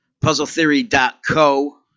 Puzzletheory.co